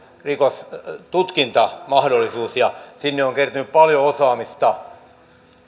rikostutkintamahdollisuus ja sinne on kertynyt paljon osaamista